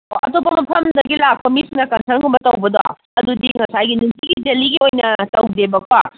ꯑꯇꯣꯞꯄ ꯃꯐꯝꯗꯒꯤ ꯂꯥꯛꯄ ꯃꯤꯁꯤꯡꯅ ꯀꯟꯁꯔꯠꯒꯨꯝꯕ ꯇꯧꯕꯗꯣ ꯑꯗꯨꯗꯤ ꯉꯁꯥꯏꯒꯤ ꯅꯨꯡꯇꯤꯒꯤ ꯗꯦꯜꯂꯤꯒꯤ ꯑꯣꯏꯅ ꯇꯧꯗꯦꯕꯀꯣ